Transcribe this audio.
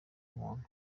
umuntu